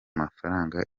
mafaranga